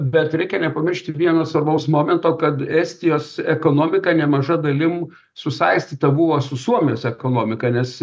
bet reikia nepamiršti vieno svarbaus momento kad estijos ekonomika nemaža dalim susaistyta buvo su suomijos ekonomika nes